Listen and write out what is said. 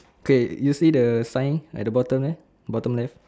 okay you see the sign at the bottom there bottom left